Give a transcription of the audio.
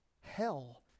Hell